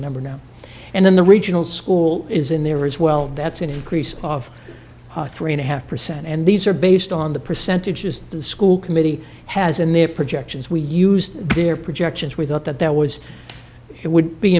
number now and then the regional school is in there as well that's an increase of three and a half percent and these are based on the percentages the school committee has in their projections we used their projections we thought that that was it would be